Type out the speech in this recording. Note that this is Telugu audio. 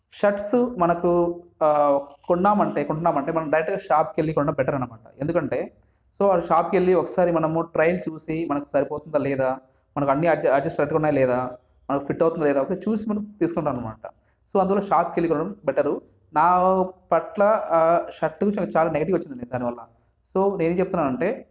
షర్ట్స్ మనకు కొన్నామంటే కొంటున్నామంటే మనం డైరెక్ట్గా షాప్కి వెళ్ళికొనడం బెటర్ అన్నమాట ఎందుకంటే సో వాళ్ళ షాప్కి వెళ్ళి ఒకసారి మనము ట్రైల్ చూసి సరిపోతుందా లేదా మనకి అన్ని అన్ని అడ్జస్ట్ కరెక్ట్గా ఉన్నాయా లేదా మనకి ఫిట్ అవుతుందా లేదా ఒకసారి చూసి మనం తీసుకుంటాం అన్నమాట అందుకు షాప్కి వెళ్ళికొనడం బెటరు నా పట్ల షర్ట్ గురించి చాలా నెగిటివ్ వచ్చిందండి దానివల్ల సో నేనేం చెప్తున్నాను అంటే